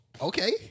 Okay